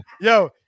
yo